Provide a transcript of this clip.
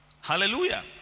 Hallelujah